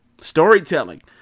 Storytelling